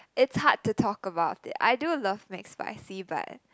it's hard to talk about it I do love McSpicy but